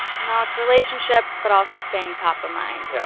no, it's relationships, but also staying top of mind. yeah.